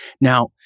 Now